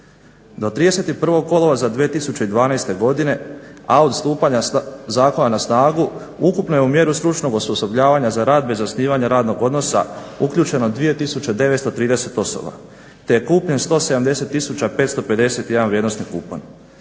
Do 31. kolovoza 2012., a od stupanja zakona na snagu ukupno je u mjeru stručnog osposobljavanja za rad bez zasnivanja radnog odnosa uključeno 2930 osoba te je kupljen 170 551 vrijednosni kupon.